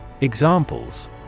Examples